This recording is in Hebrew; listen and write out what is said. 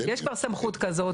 יש כבר סמכות כזאת.